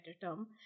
term